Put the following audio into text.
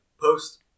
post